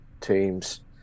teams